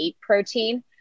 protein